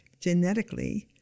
genetically